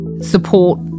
support